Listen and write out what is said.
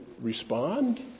respond